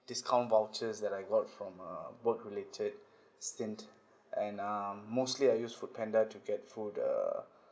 discount vouchers that I got from uh work related stint and um mostly I use food panda to get food uh